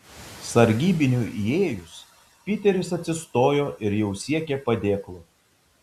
sargybiniui įėjus piteris atsistojo ir jau siekė padėklo